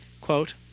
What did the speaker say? quote